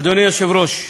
אדוני היושב-ראש,